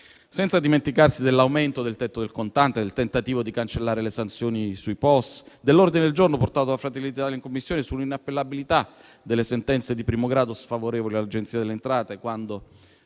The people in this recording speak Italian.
Non dimentichiamo l'aumento del tetto del contante, del tentativo di cancellare le sanzioni sui POS, dell'ordine del giorno portato da Fratelli d'Italia in Commissione sull'inappellabilità delle sentenze di primo grado sfavorevoli all'Agenzia delle entrate,